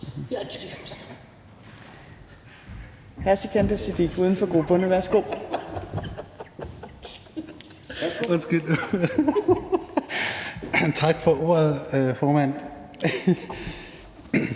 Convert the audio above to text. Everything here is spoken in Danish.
Tak for ordet, formand.